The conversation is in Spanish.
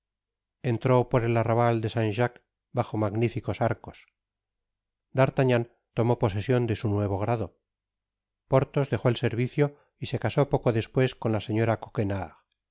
entró por el arrabal de saint jacques bajo magnificos arcos d'artagnan tomó posesion de su nuevo grado porthos dejó el servicio y se casó poco despues con la señora coquenar